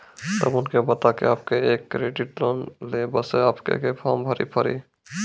तब उनके बता के आपके के एक क्रेडिट लोन ले बसे आपके के फॉर्म भरी पड़ी?